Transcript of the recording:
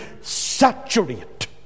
saturate